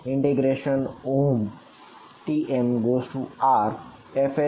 Tmr